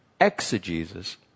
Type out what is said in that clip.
exegesis